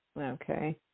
Okay